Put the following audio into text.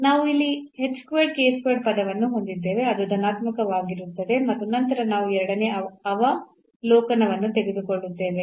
ನಾವು ಇಲ್ಲಿ ಪದವನ್ನು ಹೊಂದಿದ್ದೇವೆ ಅದು ಧನಾತ್ಮಕವಾಗಿರುತ್ತದೆ ಮತ್ತು ನಂತರ ನಾವು ಎರಡನೇ ಅವಲೋಕನವನ್ನು ತೆಗೆದುಕೊಳ್ಳುತ್ತೇವೆ